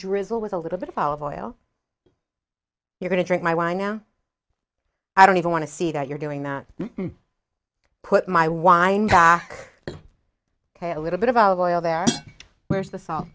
drizzle with a little bit of olive oil you're going to drink my wine now i don't even want to see that you're doing that put my wine back ok a little bit of olive oil there there's the salt